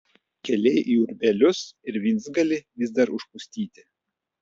keliai į urbelius ir vincgalį vis dar užpustyti